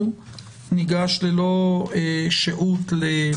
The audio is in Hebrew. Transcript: ללא שהות אנחנו